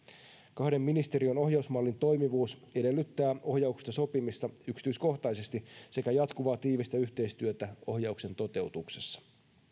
kahden ministeriön ohjausmallin toimivuus edellyttää ohjauksesta sopimista yksityiskohtaisesti sekä jatkuvaa tiivistä yhteistyötä ohjauksen toteutuksessa